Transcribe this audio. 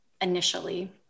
initially